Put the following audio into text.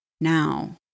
now